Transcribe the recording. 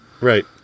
right